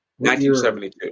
1972